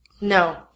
No